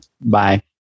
Bye